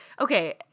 okay